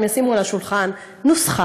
הם ישימו על השולחן נוסחה,